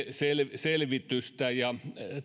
selvitystä ja